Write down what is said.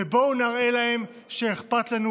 ובואו נראה להם שאכפת לנו.